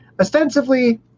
ostensibly